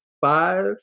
five